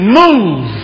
move